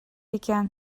икән